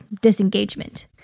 Disengagement